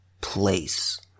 place